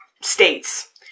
states